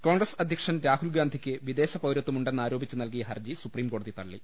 കോൺഗ്രസ് അധ്യക്ഷൻ രാഹുൽഗാന്ധിക്ക് വിദേശപൌരത്വ മുണ്ടെന്ന് ആരോപിച്ച് നൽകിയ ഹർജി സുപ്രീംകോടതി തള്ളി